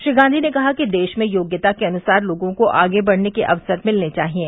श्री गांधी ने कहा कि देश में योग्यता के अनुसार लोगों को आगे बढ़ने के अवसर मिलने चाहिये